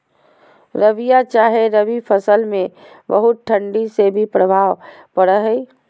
रबिया चाहे रवि फसल में बहुत ठंडी से की प्रभाव पड़ो है?